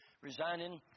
resigning